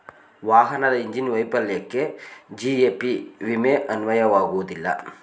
ವಾಹನದ ಇಂಜಿನ್ ವೈಫಲ್ಯಕ್ಕೆ ಜಿ.ಎ.ಪಿ ವಿಮೆ ಅನ್ವಯವಾಗುವುದಿಲ್ಲ